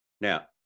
Now